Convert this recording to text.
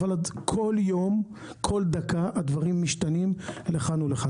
בכל יום ובכל דקה הדברים משתנים לכאן או לכאן,